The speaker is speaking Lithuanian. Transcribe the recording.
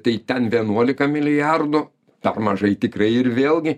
tai ten vienuolika milijardų per mažai tikrai ir vėlgi